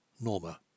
Norma